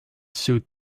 suit